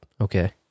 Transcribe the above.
Okay